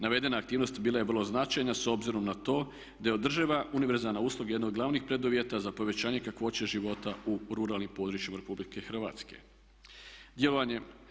Navedena aktivnost bila je vrlo značajna s obzirom na to da je održiva univerzalna usluga jedna od glavnih preduvjeta za povećanje kakvoće života u ruralnim područjima Republike Hrvatske.